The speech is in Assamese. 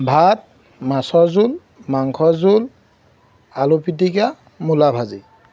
ভাত মাছৰ জোল মাংসৰ জোল আলু পিটিকা মূলা ভাজি